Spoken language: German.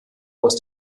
aus